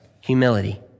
humility